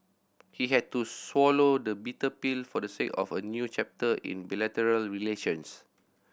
he had to swallow the bitter pill for the sake of a new chapter in bilateral relations